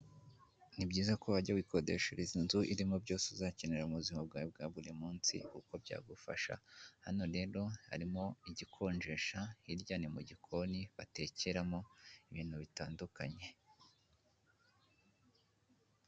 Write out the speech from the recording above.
Ni byiza ko wajya wikodeshereza inzu irimo byose uzakenera mu buzima bwawe bwa buri munsi kuko byagufasha, hano rero harimo igikonjesha, hirya ni mu gikoni batekeramo ibintu bitandukanye.